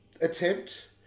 attempt